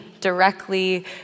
directly